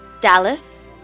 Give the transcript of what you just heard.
Dallas